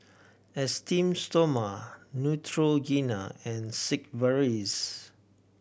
Esteem Stoma Neutrogena and Sigvaris